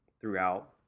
throughout